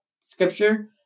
scripture